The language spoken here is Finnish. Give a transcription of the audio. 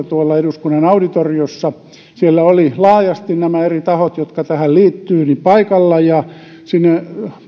tuolla eduskunnan auditoriossa siellä olivat laajasti nämä eri tahot jotka tähän liittyvät paikalla ja sinne